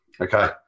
Okay